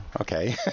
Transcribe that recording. Okay